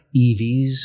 EVs